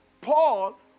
Paul